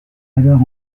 alors